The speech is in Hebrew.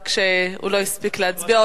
רק שהוא לא הספיק להצביע,